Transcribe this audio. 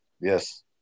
yes